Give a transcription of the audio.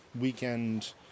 weekend